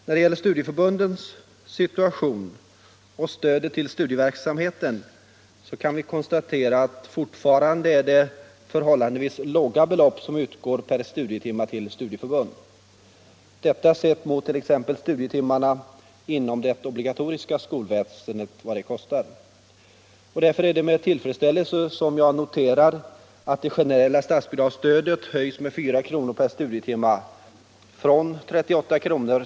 När det gäller studieförbundens situation och stödet till studieverksamheten så kan vi konstatera att det fortfarande är förhållandevis låga belopp som utgår per studietimme till studieförbunden, detta sett mot t.ex. vad studietimmarna inom det obligatoriska skolväsendet kostar. Därför är det med tillfredsställelse jag noterar att det generella statsbidragsstödet höjs med 4 kr. per studietimme, dvs. från 38 kr.